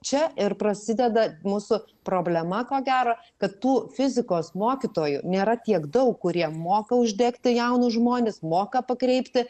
čia ir prasideda mūsų problema ko gero kad tų fizikos mokytojų nėra tiek daug kurie moka uždegti jaunus žmones moka pakreipti